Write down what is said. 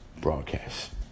Broadcast